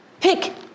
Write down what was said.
pick